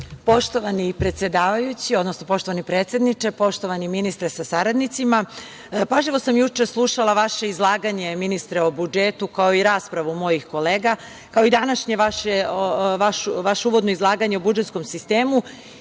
predsedavajući, odnosno poštovani predsedniče, poštovani ministre sa saradnicima, pažljivo sam juče slušala vaše izlaganje, ministre, o budžetu, kao i raspravu mojih kolega, kao i današnje vaše uvodno izlaganje o budžetskom sistemu,